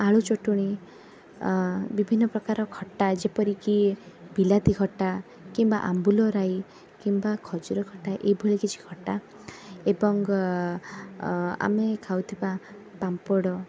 ଆଳୁ ଚଟୁଣୀ ବିଭିନ୍ନ ପ୍ରକାର ଖଟା ଯେପରିକି ବିଲାତି ଖଟା କିମ୍ବା ଆମ୍ବୁଲ ରାଇ କିମ୍ବା ଖଜୁରୀ ଖଟା ଏଇଭଳି କିଛି ଖଟା ଏବଂ ଆମେ ଖାଉଥିବା ପାମ୍ପଡ଼